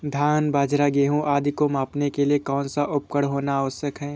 धान बाजरा गेहूँ आदि को मापने के लिए कौन सा उपकरण होना आवश्यक है?